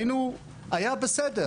היה בסדר.